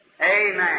Amen